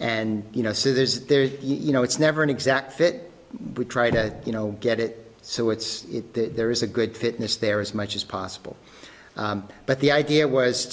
and you know this is there you know it's never an exact fit we try to you know get it so it's there is a good fitness there as much as possible but the idea was